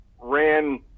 ran